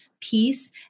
peace